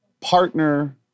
partner